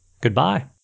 Goodbye